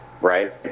right